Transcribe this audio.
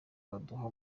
baduha